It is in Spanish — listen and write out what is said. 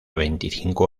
veinticinco